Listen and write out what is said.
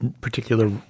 particular